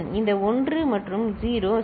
இந்த 1 மற்றும் 0 சரி